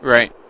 Right